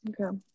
okay